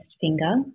finger